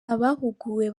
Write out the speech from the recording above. abahuguwe